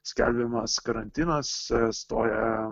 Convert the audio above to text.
skelbiamas karantinas stoja